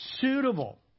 suitable